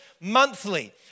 monthly